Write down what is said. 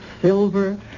silver